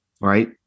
Right